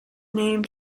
named